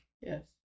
Yes